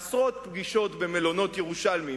עשרות פגישות במלונות ירושלמיים,